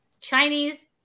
Chinese